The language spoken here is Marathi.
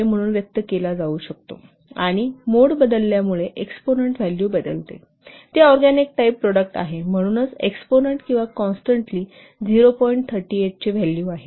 5 म्हणून व्यक्त केला जाऊ शकतो आणि मोड बदलल्यामुळे एक्सपोनंन्ट व्हॅल्यू बदलते ते ऑरगॅनिक टाईप प्रॉडक्ट आहे म्हणून एक्सपोनंन्ट किंवा कॉन्स्टंटचे व्हॅल्यू 0